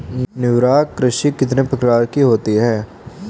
निर्वाह कृषि कितने प्रकार की होती हैं?